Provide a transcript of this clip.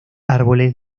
árboles